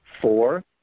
four